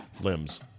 limbs